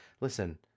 Listen